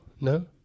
no